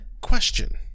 question